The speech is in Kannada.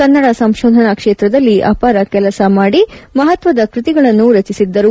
ಕನ್ನಡ ಸಂಶೋಧನಾ ಕ್ಷೇತ್ರದಲ್ಲಿ ಅಪಾರ ಕೆಲಸ ಮಾಡಿ ಮಹತ್ವದ ಕೃತಿಗಳನ್ನು ರಚಿಸಿದ್ದಾರೆ